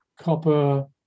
copper